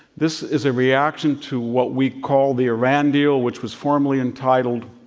this is a reaction to what we call the iran deal, which was formally entitled,